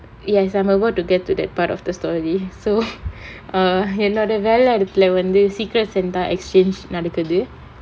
yes I'm about to get to that part of the story so err என்னோட வேல இடத்துல வந்து:ennoda vela idathula vanthu secret santa exchange நடக்குது:nadakkuthu